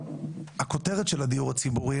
הכותרת של הדיור הציבורי,